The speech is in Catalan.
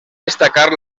destacar